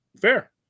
Fair